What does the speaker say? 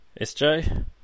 SJ